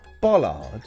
bollard